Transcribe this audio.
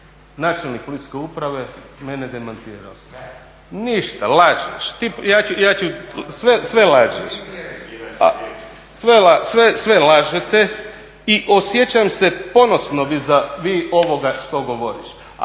načelnik policijske uprave mene demantirao, ništa. Lažeš! Sve lažeš, sve lažete i osjećam se ponosno vis a vis ovoga što govorim.